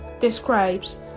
describes